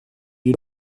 you